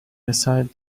decided